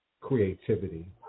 creativity